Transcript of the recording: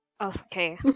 Okay